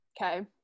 Okay